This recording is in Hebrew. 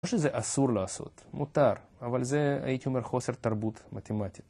לא שזה אסור לעשות, מותר, אבל זה הייתי אומר חוסר תרבות מתמטית